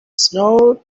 snowed